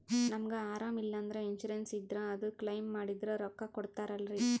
ನಮಗ ಅರಾಮ ಇಲ್ಲಂದ್ರ ಇನ್ಸೂರೆನ್ಸ್ ಇದ್ರ ಅದು ಕ್ಲೈಮ ಮಾಡಿದ್ರ ರೊಕ್ಕ ಕೊಡ್ತಾರಲ್ರಿ?